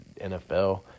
NFL